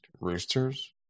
roosters